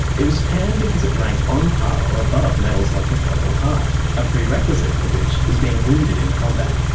it was panned because it ranked on par or above medals like the purple heart, a prerequisite for which is being wounded in combat.